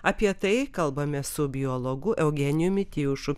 apie tai kalbame su biologu eugenijumi tijušu